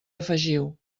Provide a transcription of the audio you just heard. afegiu